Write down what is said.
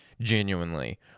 genuinely